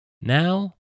Now